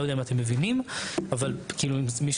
לא יודע אם אתם מבינים אבל אם מישהו